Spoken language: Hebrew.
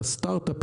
את אומת הסטארטאפ.